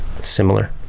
Similar